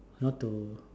not to